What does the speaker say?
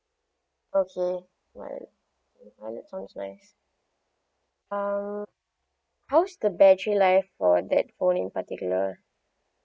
okay !wow! it sounds nice um how is the battery life for that phone in particular